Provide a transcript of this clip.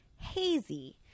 Hazy